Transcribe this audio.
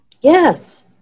Yes